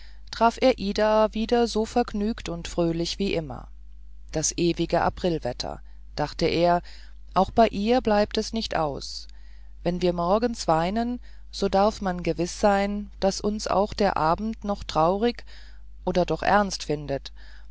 traf er ida wieder so vergnügt und fröhlich wie immer das ewige aprilwetter dachte er auch bei ihr bleibt es nicht aus wenn wir morgens weinen so darf man gewiß sein daß uns auch der abend noch traurig oder doch ernst findet